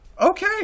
okay